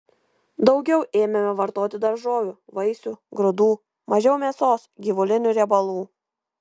daugiau ėmėme vartoti daržovių vaisių grūdų mažiau mėsos gyvulinių riebalų